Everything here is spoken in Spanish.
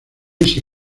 ese